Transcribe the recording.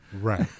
Right